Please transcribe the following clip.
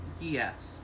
Yes